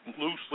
loosely